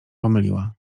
pomyliła